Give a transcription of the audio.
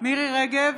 מירי מרים רגב,